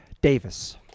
Davis